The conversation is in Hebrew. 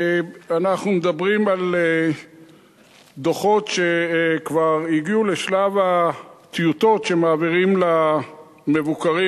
אנחנו מדברים על דוחות שכבר הגיעו לשלב הטיוטות שמעבירים למבוקרים.